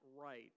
right